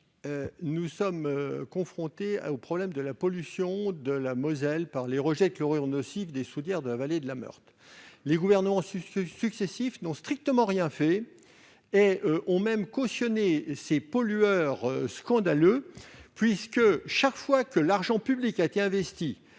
nous sommes confrontés au problème de la pollution de la Moselle par les rejets de chlorures nocifs des soudières de la vallée de la Meurthe. À ce titre, les gouvernements successifs n'ont strictement rien fait. Ils ont même cautionné ces pollueurs scandaleux, puisque, chaque fois que de l'argent public a été investi